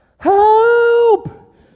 help